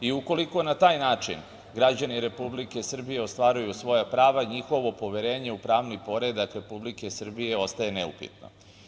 I ukoliko na taj način građani Republike Srbije ostvaruju svoja prava, njihovo poverenje u pravni poredak Republike Srbije ostaje neupitan.